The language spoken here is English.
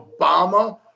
Obama